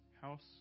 house